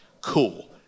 Cool